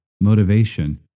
motivation